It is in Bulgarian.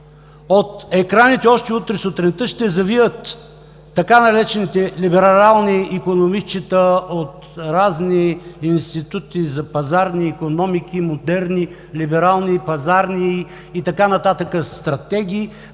От екраните още утре сутринта ще завият така наречените „либерални икономистчета“ от разни институти за пазарни икономики, модерни, либерални и пазарни и така нататък стратегии,